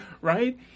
right